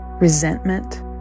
resentment